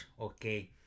okay